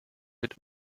wird